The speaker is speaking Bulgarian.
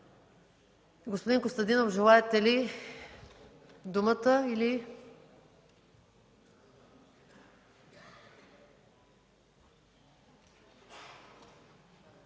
Господин Костадинов, желаете ли думата?